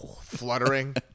fluttering